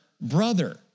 brother